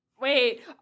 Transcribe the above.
Wait